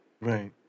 Right